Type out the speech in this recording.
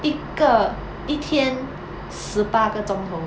一个一天十八个钟头